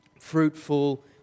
fruitful